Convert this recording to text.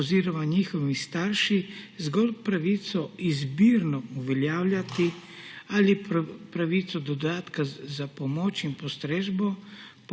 oziroma njihovi starši zgolj pravico izbirno uveljavljati ali pravico do dodatka za pomoč in postrežbo